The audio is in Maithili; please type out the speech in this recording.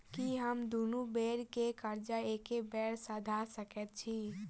की हम दुनू बेर केँ कर्जा एके बेर सधा सकैत छी?